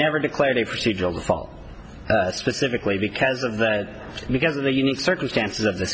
never declared a procedural specifically because of that because of the unique circumstances of th